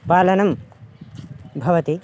पालनं भवति